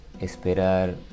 esperar